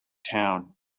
town